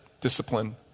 discipline